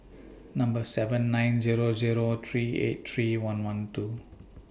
Number seven nine Zero Zero three eight three one one two